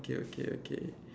okay okay okay